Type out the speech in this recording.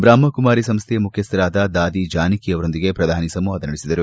ಬ್ರಹ್ನ ಕುಮಾರಿ ಸಂಸ್ಥೆಯ ಮುಖ್ಯಸ್ಥರಾದ ದಾದಿ ಜಾನಕಿ ಅವರೊಂದಿಗೆ ಶ್ರಧಾನಿ ಸಂವಾದ ನಡೆಸಿದರು